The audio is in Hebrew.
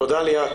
תודה רבה, ליאת,